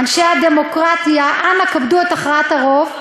אנשי הדמוקרטיה, אנא כבדו את הכרעת הרוב.